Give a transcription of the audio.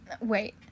wait